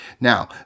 Now